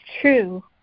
true